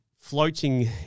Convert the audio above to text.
floating